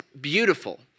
beautiful